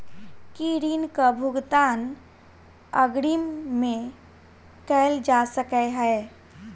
की ऋण कऽ भुगतान अग्रिम मे कैल जा सकै हय?